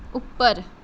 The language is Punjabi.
ਉੱਪਰ